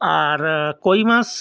আর কই মাছ